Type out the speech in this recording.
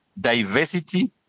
diversity